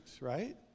right